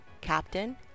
Captain